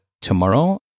tomorrow